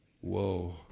whoa